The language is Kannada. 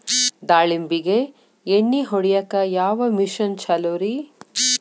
ದಾಳಿಂಬಿಗೆ ಎಣ್ಣಿ ಹೊಡಿಯಾಕ ಯಾವ ಮಿಷನ್ ಛಲೋರಿ?